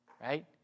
Right